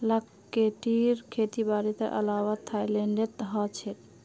लाख कीटेर खेती भारतेर अलावा थाईलैंडतो ह छेक